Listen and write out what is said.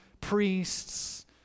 priests